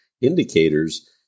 indicators